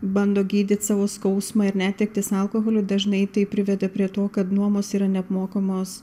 bando gydyt savo skausmą ir netektis alkoholiu dažnai tai priveda prie to kad nuomos yra neapmokamos